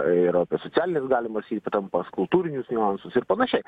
ir apie socialines galimas įtampas kultūrinius niuansus ir panašiai